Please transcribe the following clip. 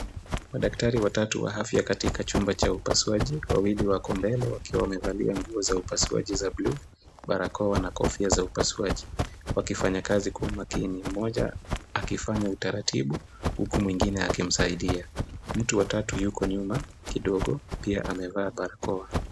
Madaktari watatu wa afya katika chumba cha upasuaji. Wawili wako mbele wakiwa wamevalia nguo za upasuaji za buluu, barakoa na kofia za upasuaji wakifanya kazi kwa umakini. Mmoja akifanya utaratibu huku mwingine akimsaidia. Mtu wa tatu yuko nyuma kidogo pia amevaa barakoa.